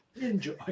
Enjoy